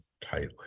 tightly